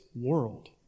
world